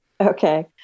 okay